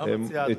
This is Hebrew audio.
מה מציע אדוני?